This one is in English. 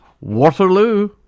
waterloo